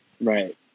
Right